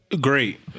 Great